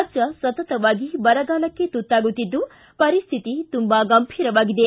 ರಾಜ್ಯ ಸತತವಾಗಿ ಬರಗಾಲಕ್ಕೆ ತುತ್ತಾಗುತ್ತಿದ್ದು ಪರಿಸ್ಥಿತಿ ತುಂಬಾ ಗಂಭೀರವಾಗಿದೆ